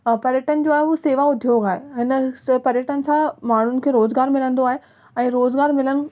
पर्यटन जो आहे उहा शेवा उद्योग आहे हिन सां पर्यटन सां माण्हुनि खे रोज़गारु मिलंदो आहे ऐं रोज़गारु मिलनि